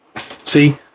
See